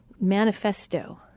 manifesto